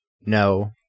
No